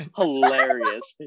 hilarious